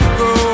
go